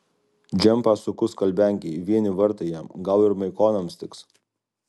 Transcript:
džempą suku skalbenkėj vieni vartai jam gal ir maikonams tiks